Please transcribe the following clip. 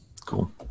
Cool